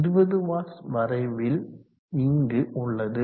20 watts வரைவில் இங்கு உள்ளது